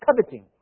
coveting